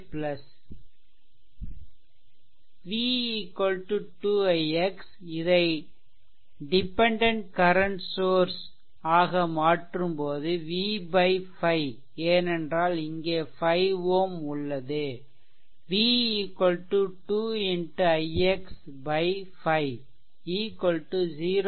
v 2 ix இதை dependent current source ஆக மாற்றும்போது v 5 ஏனென்றால் இங்கே 5 Ω உள்ளது v 2 X ix 5 0